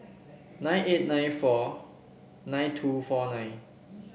six eight nine four nine two four nine